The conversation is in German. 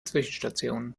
zwischenstationen